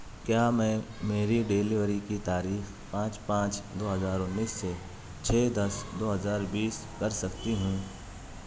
کیا میں میری ڈیلیوری کی تاریخ پانچ پانچ دو ہزار انیس سے چھ دس دو ہزار بیس کر سکتی ہوں